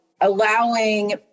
allowing